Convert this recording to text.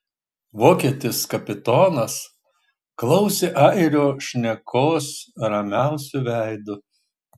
vokietis kapitonas klausė airio šnekos ramiausiu veidu